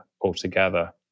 altogether